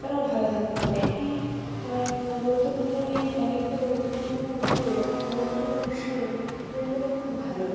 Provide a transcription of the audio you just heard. তারাও ভালো থাকতে পারে এই স গুরুত্বপূর্ণ এই এক একটা গুরুত্বপূর্ণ উৎসবে গুরুত্বপূর্ণ উৎসবের দিনগুলো খুব ভালো